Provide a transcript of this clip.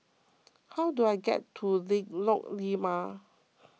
how do I get to Lengkok Lima